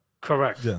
Correct